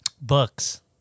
Books